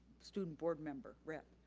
student board member rep.